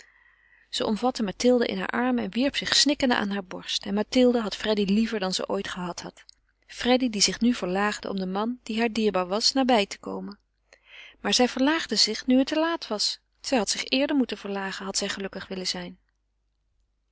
zij omvatte mathilde in haar armen en wierp zich snikkende aan haar borst en mathilde had freddy liever dan ze ooit gehad had freddy die zich nu verlaagde om den man die haar dierbaar was nabij te komen maar zij verlaagde zich nu het te laat was zij had zich eerder moeten verlagen had zij gelukkig willen zijn